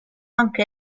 anche